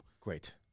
Great